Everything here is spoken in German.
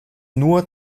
nur